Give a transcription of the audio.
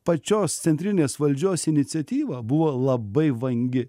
pačios centrinės valdžios iniciatyva buvo labai vangi